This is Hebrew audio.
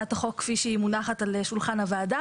בהצעת החוק כפי שהיא מונחת על שולחן הוועדה.